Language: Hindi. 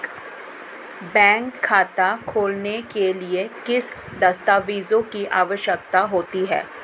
बैंक खाता खोलने के लिए किन दस्तावेज़ों की आवश्यकता होती है?